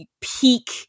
peak